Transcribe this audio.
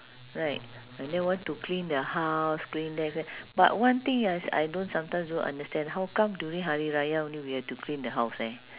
right and then want to clean the house clean there but one thing yes I don't sometimes don't understand how come during hari raya only we have to clean the house eh